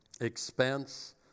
Expense